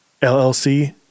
LLC